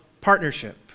partnership